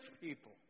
people